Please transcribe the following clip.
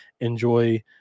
enjoy